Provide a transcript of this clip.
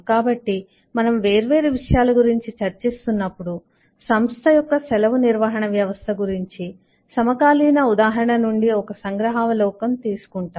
కాబట్టి మనము వేర్వేరు విషయాల గురించి చర్చిస్తున్నప్పుడు సంస్థ యొక్క సెలవు నిర్వహణ వ్యవస్థ గురించి సమకాలీన ఉదాహరణ నుండి ఒక సంగ్రహావలోకనం తీసుకుంటాము